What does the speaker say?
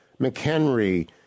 McHenry